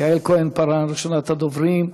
יעל כהן-פארן, ראשונת הדוברים,